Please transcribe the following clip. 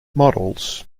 models